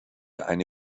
eine